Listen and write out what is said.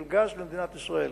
של גז למדינת ישראל.